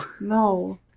no